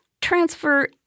transfer